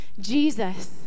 Jesus